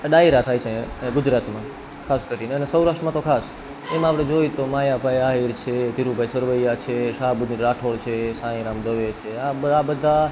ડાયરા થાય છે ગુજરાતમાં ખાસ કરીને અને સૌરાષ્ટ્રમાં તો ખાસ એમાં આપણે જોઈએ તો માયાભાઈ આહીર છે ધીરુભાઈ સરવૈયા છે શાહબુદ્દીન રાઠોડ છે સાંઈરામ દવે છે આ બધા